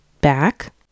back